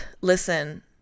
listen